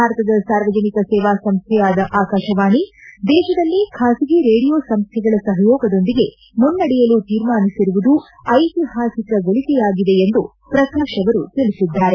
ಭಾರತದ ಸಾರ್ವಜನಿಕ ಸೇವಾ ಸಂಸ್ಥೆಯಾದ ಆಕಾಶವಾಣಿ ದೇಶದಲ್ಲಿ ಖಾಸಗಿ ರೇಡಿಯೋ ಸಂಸ್ಥೆಗಳ ಸಹಯೋಗದೊಂದಿಗೆ ಮುನ್ನಡೆಯಲು ತೀರ್ಮಾನಿಸಿರುವುದು ಐತಿಹಾಸಿಕ ಗಳಿಗೆಯಾಗಿದೆ ಎಂದು ಪ್ರಕಾಶ್ ಅವರು ತಿಳಿಸಿದ್ದಾರೆ